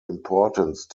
importance